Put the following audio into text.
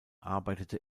arbeitete